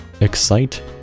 Excite